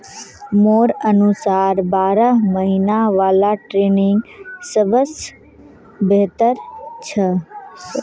मोर अनुसार बारह महिना वाला ट्रेनिंग सबस बेहतर छ